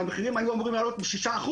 המחירים היו אמורים לעלות ב-6%,